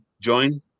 join